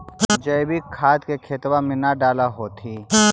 जैवीक खाद के खेतबा मे न डाल होथिं?